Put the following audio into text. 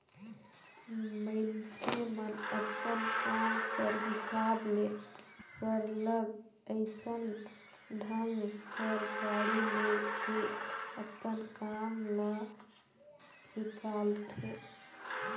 मइनसे मन अपन काम कर हिसाब ले सरलग अइसन ढंग कर गाड़ी ले के अपन काम ल हिंकालथें